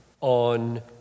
on